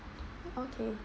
okay